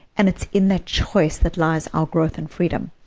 and it's in that choice that lies our growth and freedom.